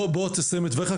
תסיים את דבריך,